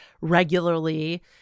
regularly